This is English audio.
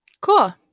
cool